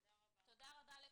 תודה רבה.